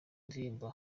ndirimbo